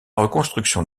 reconstruction